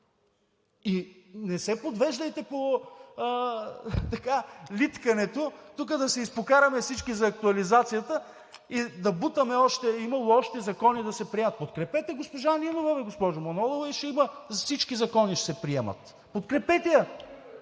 И не се подвеждайте по литкането тук да се изпокараме всички за актуализацията и да бутаме още, имало още закони да се приемат. Подкрепете госпожа Нинова, бе, госпожо Манолова, и всички закони ще се приемат. Подкрепете я!